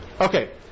Okay